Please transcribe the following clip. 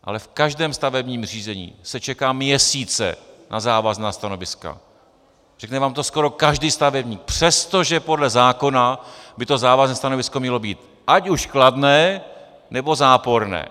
Ale v každém stavebním řízení se čeká měsíce na závazná stanoviska, řekne vám to skoro každý stavebník, přestože podle zákona by to závazné stanovisko mělo být ať už kladné, nebo záporné.